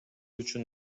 үчүн